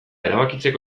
erabakitzeko